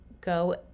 go